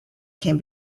can